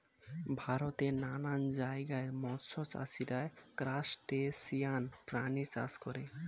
ভারতের নানান জায়গায় মৎস্য চাষীরা ক্রাসটেসিয়ান প্রাণী চাষ করে